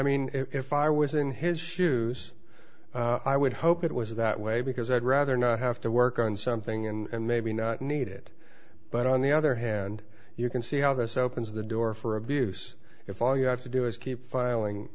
mean if i was in his shoes i would hope it was that way because i'd rather not have to work on something and maybe not need it but on the other hand you can see how this opens the door for abuse if all you have to do is keep filing